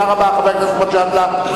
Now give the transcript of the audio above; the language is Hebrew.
תודה רבה, חבר הכנסת מג'אדלה.